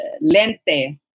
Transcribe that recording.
Lente